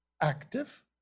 active